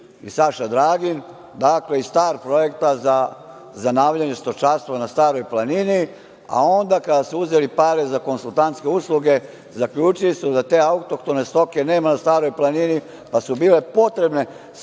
i Saša Dragin, iz STAR projekta za zanavljanje stočarstva na Staroj planini, a onda, kada su uzeli pare za konsultantske usluge, zaključili su da te autohtone stoke nema na Staroj planini, pa su bile isplaćene samo